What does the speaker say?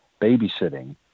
babysitting